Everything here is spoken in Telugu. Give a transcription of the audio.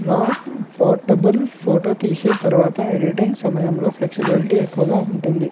రా పోర్టబుల్ ఫోటో తీసిన తర్వాత ఎడిటింగ్ సమయంలో ఫ్లెక్సిబిలిటీ ఎక్కువగా ఉంటుంది